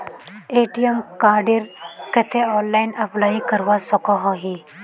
ATM कार्डेर केते online apply करवा सकोहो ही?